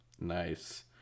nice